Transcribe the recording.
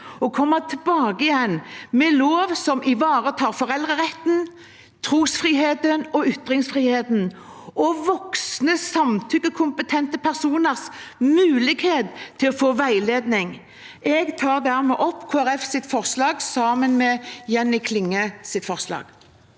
og komme tilbake igjen med en lov som ivaretar foreldreretten, trosfriheten og ytringsfriheten og voksne, samtykkekompetente personers mulighet til å få veiledning. Jeg tar dermed opp forslag nr. 4, fra Kristelig